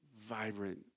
vibrant